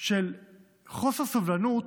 של חוסר סובלנות